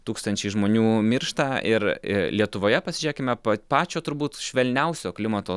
tūkstančiai žmonių miršta ir lietuvoje pasižiūrėkime pačio turbūt švelniausio klimato